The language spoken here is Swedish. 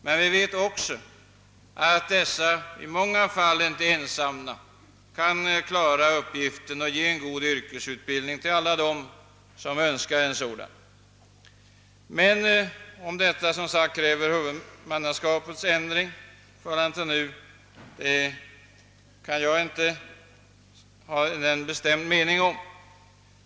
Men vi vet också att dessa i flera fall ändå inte ensamma kan klara uppgiften att ge en god yrkesutbildning till alla dem som önskar en sådan. Om detta kräver en ändring av huvudmannaskapet har jag ingen bestämd uppfattning om.